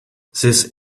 this